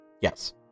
Yes